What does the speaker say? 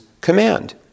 command